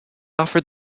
offered